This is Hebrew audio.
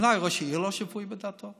אולי ראש העיר לא שפוי בדעתו?